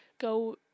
go